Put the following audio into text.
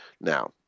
Now